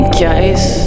case